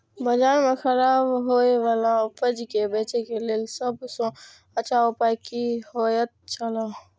बाजार में खराब होय वाला उपज के बेचे के लेल सब सॉ अच्छा उपाय की होयत छला?